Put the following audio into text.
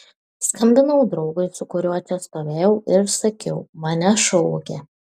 skambinau draugui su kuriuo čia stovėjau ir sakiau mane šaukia